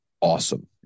awesome